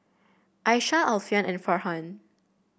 Aishah Alfian and Farhan